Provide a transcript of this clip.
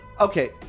okay